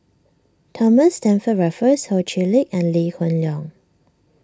Thomas Stamford Raffles Ho Chee Lick and Lee Hoon Leong